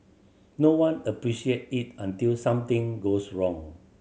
no one appreciate it until something goes wrong